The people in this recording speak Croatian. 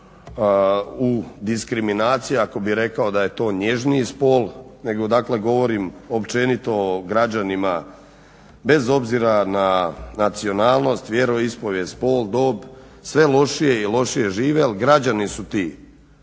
u diskriminaciji ako bi rekao da je to nježniji spol, nego dakle govorim općenito o građanima bez obzira na nacionalnost, vjeroispovijest, spol, dob, sve lošije i lošije žive, ali građani su ti